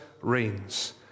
reigns